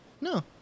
no